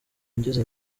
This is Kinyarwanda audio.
yagize